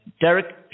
Derek